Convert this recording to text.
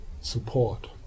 support